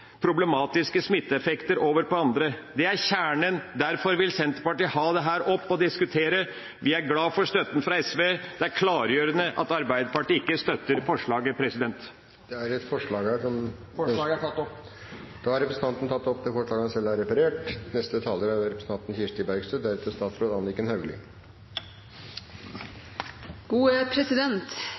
problematiske smitteeffekter over på andre. Det er kjernen. Derfor vil Senterpartiet ha dette opp til diskusjon. Vi er glade for støtten fra SV. Det er klargjørende at Arbeiderpartiet ikke støtter forslaget. Jeg tar opp forslaget fra Senterpartiet og Sosialistisk Venstreparti. Representanten Per Olaf Lundteigen har tatt opp det forslaget han